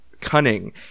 cunning